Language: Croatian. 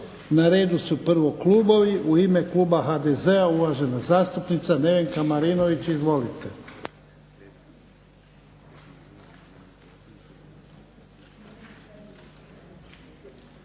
Na redu su prvo klubovi. U ime kluba HDZ-a uvažena zastupnica Nevenka Marinović. Izvolite.